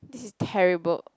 this is terrible